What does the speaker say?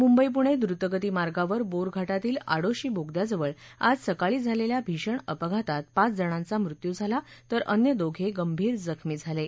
मुंबई पुणे द्रतगती मार्गावर बोर घाटातील आडोशी बोगद्याजवळ आज सकाळी झालेल्या भीषण अपघातात पाच जणांचा मृत्यू झाला तर अन्य दोघे गंभीर जखमी झाले आहेत